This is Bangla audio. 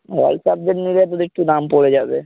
অল সাব্জেক্ট নিলে তো একটু দাম পড়ে যাবে